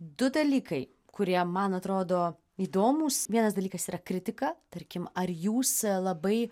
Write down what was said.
du dalykai kurie man atrodo įdomūs vienas dalykas yra kritika tarkim ar jūs labai